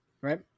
right